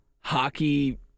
hockey